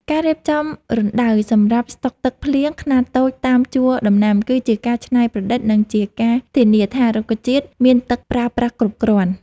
ការរៀបចំរណ្ដៅសម្រាប់ស្តុកទឹកភ្លៀងខ្នាតតូចតាមជួរដំណាំគឺជាការច្នៃប្រឌិត និងជាការធានាថារុក្ខជាតិមានទឹកប្រើប្រាស់គ្រប់គ្រាន់។